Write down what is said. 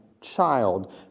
child